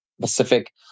Pacific